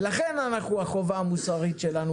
ולכן החובה המוסרית שלנו.